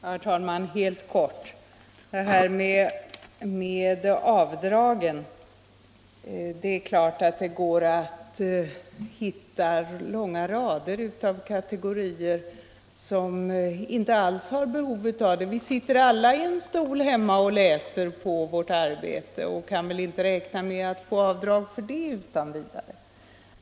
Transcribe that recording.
Herr talman! Helt kort: Beträffande detta med avdragen går det naturligtvis lätt att hitta många kategorier människor som inte alls har något behov av sådant avdrag. Vi sitter väl alla då och då i en stol där hemma och läser in sådant som hör till vårt arbete, och vi kan inte räkna med att utan vidare få avdrag för det.